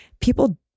people